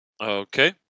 Okay